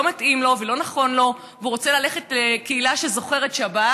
מתאים לו ולא נכון לו והוא רוצה ללכת לקהילה שזוכרת שבת